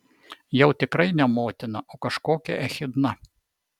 jau tikrai ne motina o kažkokia echidna